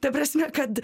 ta prasme kad